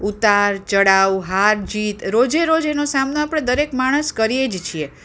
ઉતાર ચઢાવ હાર જીત રોજે રોજ એનો સામનો આપણે દરેક માણસ કરીએ જ છીએ